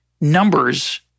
numbers